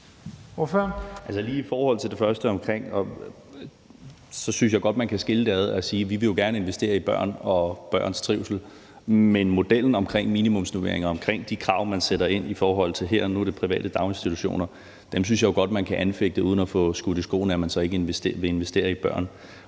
(KF): Lige i forhold til det første synes jeg godt, man kan skille det ad og sige, at vi gerne vil investere i børn og børns trivsel, men modellen med minimumsnormeringer og de krav, man sætter ind i forhold til, som her, private daginstitutioner, synes jeg godt man kan anfægte uden at få skudt i skoene, at man så ikke vil investere i børn.